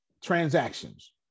transactions